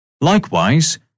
Likewise